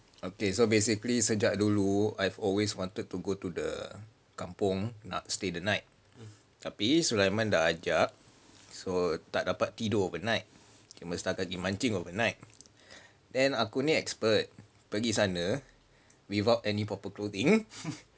okay so basically sejak dulu I've always wanted to go to the kampung nak stay the night tapi sulaiman dah ajak so tak dapat tidur overnight cuma setakat gi mancing overnight then aku ni expert pergi sana without any proper clothing